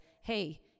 hey